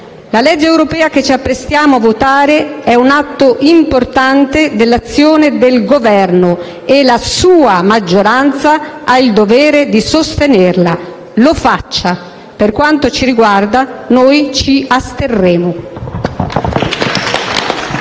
La legge europea che ci apprestiamo a votare è un atto importante dell'azione del Governo e la sua maggioranza ha il dovere di sostenerla. Lo faccia. Per quanto ci riguarda, noi ci asterremo.